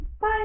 Bye